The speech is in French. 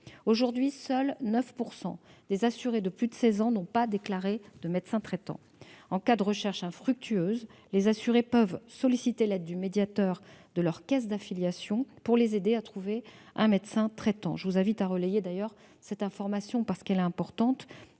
actuelle, seuls 9 % des assurés de plus de 16 ans n'ont pas déclaré de médecin traitant. En cas de recherches infructueuses, les assurés peuvent solliciter l'aide du médiateur de leur caisse d'affiliation pour qu'il les aide à trouver un médecin traitant. Je vous invite d'ailleurs à relayer cette information importante,